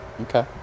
okay